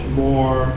more